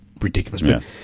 ridiculous